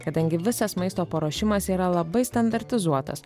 kadangi visas maisto paruošimas yra labai standartizuotas